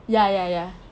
ya ya ya